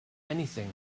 anything